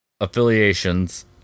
affiliations